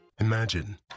Imagine